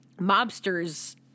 mobsters